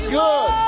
good